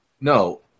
No